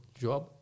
job